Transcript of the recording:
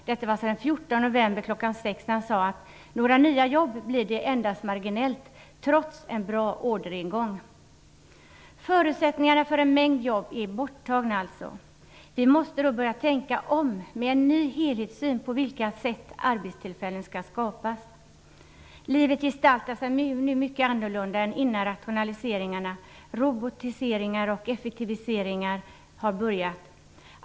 Detta var alltså den 14 november klockan sex när han sade: Några nya jobb blir det endast marginellt trots en bra orderingång. Förutsättningarna för en mängd jobb är alltså borta. Då måste vi börja tänka om. Vi måste ha en ny helhetssyn på hur arbetstillfällen skall skapas. Livet gestaltar sig mycket annorlunda nu mot innan rationaliseringarna, robotiseringarna och effektiviseringarna började.